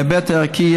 בהיבט הערכי,